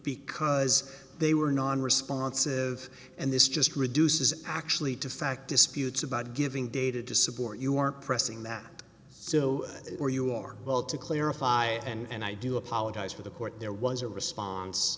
because they were non responsive and this just reduces actually to fact disputes about giving data to support you are pressing that so or you are well to clarify and i do apologize for the court there was a response